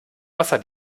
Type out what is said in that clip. wasser